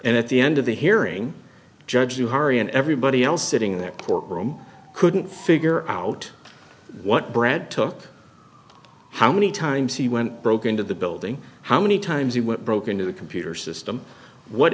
and at the end of the hearing judge you hurry and everybody else sitting in that courtroom couldn't figure out what brad took how many times he went broke into the building how many times he went broke into the computer system what